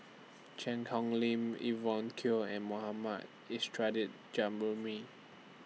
Cheang Hong Lim Evon Kow and Mohammad